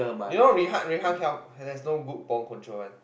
you know Rui-Han Rui-Han cannot there is no good ball control one